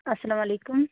اسلام علیکُم